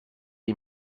ell